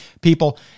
people